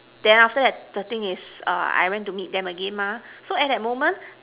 then after that the thing is err I went to meet them again mah so at that moment